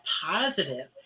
positive